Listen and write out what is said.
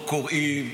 לא קוראים,